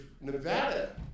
Nevada